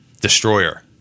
Destroyer